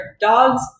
Dogs